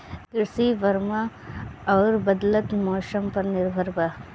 कृषि वर्षा आउर बदलत मौसम पर निर्भर बा